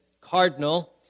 cardinal